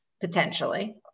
potentially